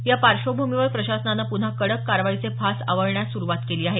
या पार्श्वभूमीवर प्रशासनानं पुन्हा कडक कारवाईचे फास आवळण्यास सुरुवात केली आहे